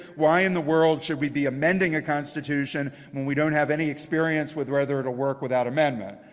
why in the world should we be amending a constitution when we don't have any experience with whether it'll work without amendment?